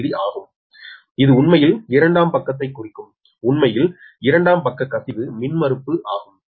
06∟780Ω இது உண்மையில் இரண்டாம் பக்கத்தைக் குறிக்கும் உண்மையில் இரண்டாம் பக்க கசிவு மின்மறுப்பு ஆகும்